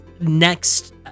next